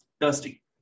dusty